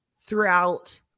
throughout